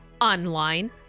online